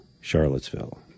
Charlottesville